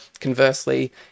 conversely